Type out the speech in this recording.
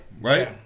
right